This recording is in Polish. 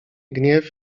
gniew